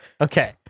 Okay